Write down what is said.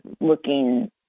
looking